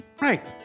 Right